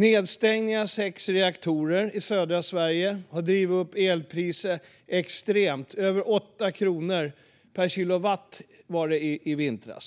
Nedstängningen av sex reaktorer i södra Sverige har drivit upp elpriset extremt och var i vintras över 8 kronor per kilowattimme.